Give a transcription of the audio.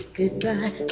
goodbye